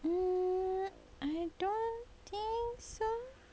mm I don't think so